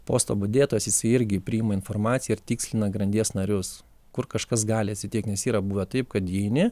posto budėtojas jisai irgi priima informaciją ir tikslina grandies narius kur kažkas gali atsitikti nes yra buvę taip kad įeini